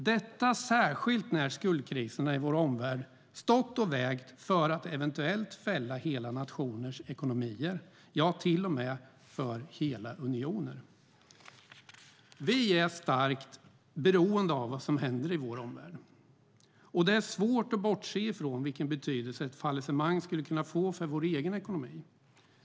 Detta gäller särskilt när skuldkriserna i vår omvärld stått och vägt för att eventuellt fälla hela nationers ekonomier, ja, till och med för hela unionen. Vi är starkt beroende av vad som händer i vår omvärld. Det är svårt att bortse från vilken betydelse ett fallissemang skulle kunna få för vår egen ekonomi.